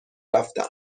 رفتم